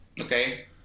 Okay